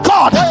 God